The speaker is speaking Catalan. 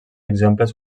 exemples